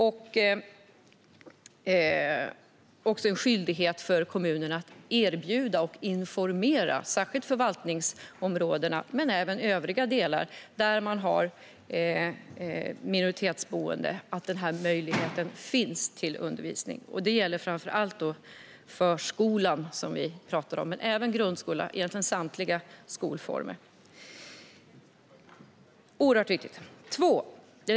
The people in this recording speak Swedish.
Det medför också en skyldighet för kommunerna att erbjuda och informera, särskilt i förvaltningsområdena men också i övriga delar med minoritetsboende, om att denna möjlighet till undervisning finns. Det gäller framför förskola men även grundskola, ja, egentligen samtliga skolformer. Det är mycket viktigt. Fru talman!